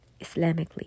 Islamically